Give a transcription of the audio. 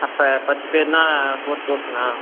அப்போ பத்து பேருன்னா ஃபோர் தௌசண்ட்னா